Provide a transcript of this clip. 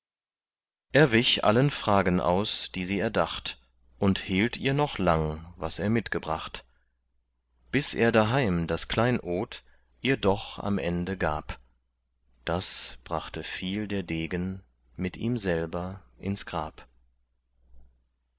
er wich allen fragen aus die sie erdacht und hehlt ihr noch lang was er mitgebracht bis er daheim das kleinod ihr doch am ende gab das brachte viel der degen mit ihm selber ins grab